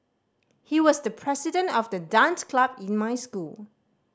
he was the president of the dance club in my school